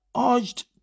urged